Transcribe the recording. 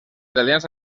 italians